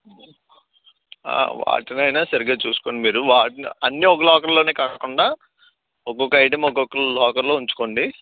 వాటినైనా సరిగ్గా చూసుకోండి మీరు వాటిని అన్ని ఒక లాకర్లోనే కాకుండా ఒక్కొక్క ఐటమ్ ఒక్కొక్క లాకర్లో ఉంచుకోండి